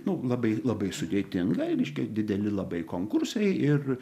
nu labai labai sudėtinga ir reiškia dideli labai konkursai ir